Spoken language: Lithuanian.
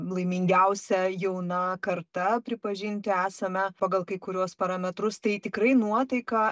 laimingiausia jauna karta pripažinti esame pagal kai kuriuos parametrus tai tikrai nuotaika